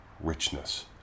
richness